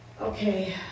okay